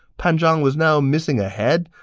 pan zhang was now missing a head,